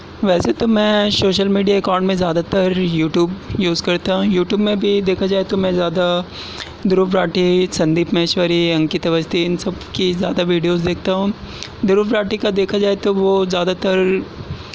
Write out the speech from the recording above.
ویسے تو میں سوشل میڈیا اکاؤنٹ میں زیادہ تر یوٹیوب یوز کرتا ہوں یوٹیوب میں بھی دیکھا جائے تو میں زیادہ دروپ راٹھی سندیپ ماہیشوری انکت اوستھی ان سب کی زیادہ ویڈیوز دیکھتا ہوں دروپ راٹھی کا دیکھا جائے تو وہ زیادہ تر